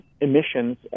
emissions